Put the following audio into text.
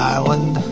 Island